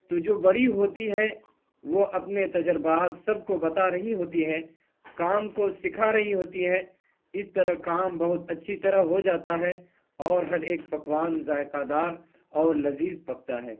تو جو بڑی ہوتی ہے وہ اپنے تجربات سب کو بتا رہی ہوتی ہے کام کو سکھا رہی ہوتی ہے اس طرح کام بہت اچھی طرح ہو جاتا ہے اور ہر ایک پکوان ذائقہ دار اور لذیذ پکتا ہے